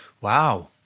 Wow